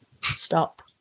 stop